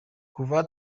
kuva